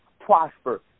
prosper